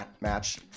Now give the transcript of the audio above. match